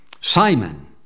Simon